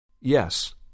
Yes